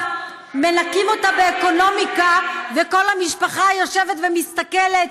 מנקים אותה באקונומיקה וכל המשפחה יושבת ומסתכלת,